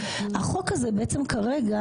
החוק הזה בעצם כרגע,